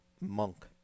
Monk